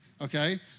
okay